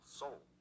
soul